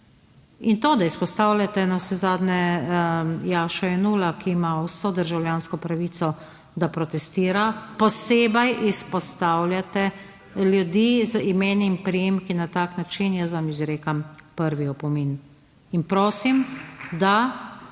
In to, da izpostavljate navsezadnje Jašo Jenulla, ki ima vso državljansko pravico, da protestira, posebej izpostavljate ljudi z imeni in priimki na tak način jaz vam izrekam prvi opomin. Prosim, da